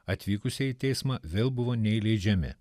atvykusieji į teismą vėl buvo neįleidžiami